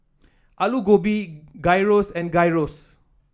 Alu Gobi Gyros and Gyros